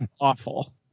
awful